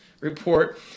report